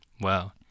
Wow